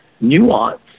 nuance